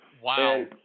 Wow